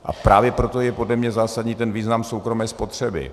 A právě proto je podle mě zásadní ten význam soukromé spotřeby.